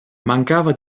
mancava